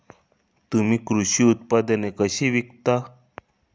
तुम्ही कृषी उत्पादने कशी विकता?